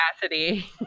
capacity